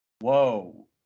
Whoa